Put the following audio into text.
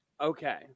Okay